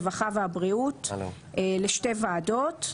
הרווחה והבריאות שלהם לשתי ועדות.